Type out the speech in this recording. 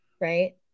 right